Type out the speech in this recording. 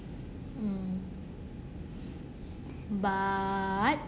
mm but